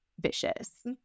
vicious